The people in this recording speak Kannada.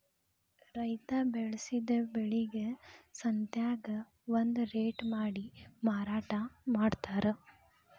ರೈತಾ ಬೆಳಸಿದ ಬೆಳಿಗೆ ಸಂತ್ಯಾಗ ಒಂದ ರೇಟ ಮಾಡಿ ಮಾರಾಟಾ ಮಡ್ತಾರ